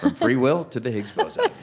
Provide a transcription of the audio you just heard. free will to the higgs boson that's